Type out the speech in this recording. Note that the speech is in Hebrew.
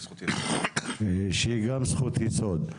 שהיא גם זכות יסוד.